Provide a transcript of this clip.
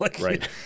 Right